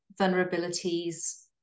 vulnerabilities